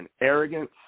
arrogance